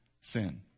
sin